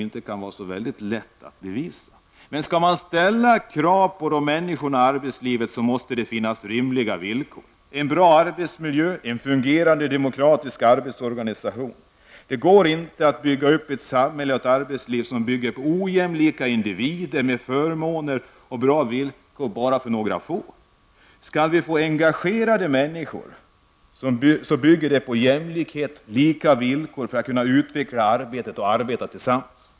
Det är ett påstående som inte är så lätt att bevisa. Men skall kraven ställas på människorna i arbetslivet, måste det finnas rimliga villkor -- en bra arbetsmiljö och en fungerande demokratisk arbetsorganisation. Det går inte att bygga upp ett samhälle och arbetsliv som grundar sig på ojämlika individer med förmåner och bra villkor bara för några få. Skall vi få engagerade människor måste arbetslivet grunda sig på jämlikhet och lika villkor för att man skall kunna utveckla arbetet och arbeta tillsammans.